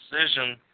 decision